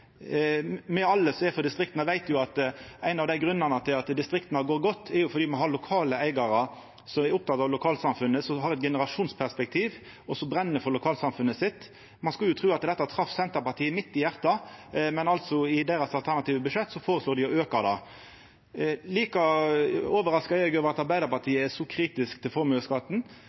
Alle me som er frå distrikta, veit at ein av grunnene til at distrikta går godt, er at me ha lokale eigarar som er opptekne av lokalsamfunnet, som har eit generasjonsperspektiv, og som brenn for lokalsamfunnet sitt. Ein skulle tru at det trefte Senterpartiet midt i hjartet, men i deira alternative budsjett foreslår dei å auka skatten. Like overraska er eg over at Arbeidarpartiet er så kritiske til formuesskatten